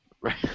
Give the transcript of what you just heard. Right